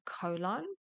colon